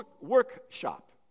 workshop